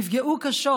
נפגעו קשות,